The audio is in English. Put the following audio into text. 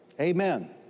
Amen